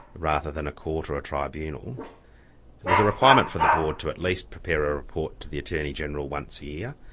rather than a court or a tribunal there's a requirement for the board to at least prepare a report to the attorney-general once a year,